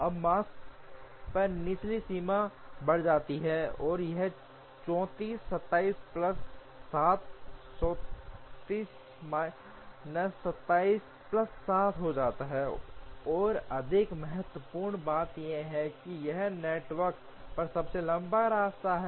अब माकस्पैन पर निचली सीमा बढ़ जाती है और यह 34 27 प्लस 7 हो जाता है और अधिक महत्वपूर्ण बात यह है कि यह नेटवर्क पर सबसे लंबा रास्ता है